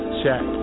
check